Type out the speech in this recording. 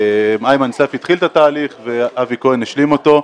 איימן סייף התחיל את התהליך ואבי כהן השלים אותו.